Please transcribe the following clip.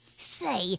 Say